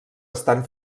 estan